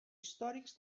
històrics